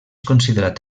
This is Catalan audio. considerat